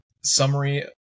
summary